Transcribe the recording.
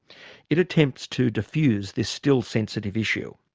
it attempts to diffuse this still sensitive issue.